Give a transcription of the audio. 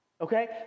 Okay